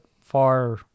far